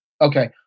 Okay